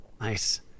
nice